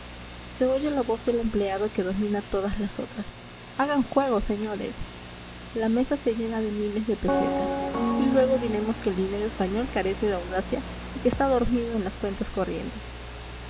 se oye la voz del empleado que domina todas las otras hagan juego señores la mesa se llena de miles de pesetas y luego diremos que el dinero español carece de audacia y que está dormido en las cuentas corrientes